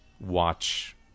watch